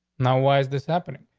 now, why is this happening?